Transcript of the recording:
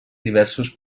diversos